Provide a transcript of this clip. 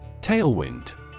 Tailwind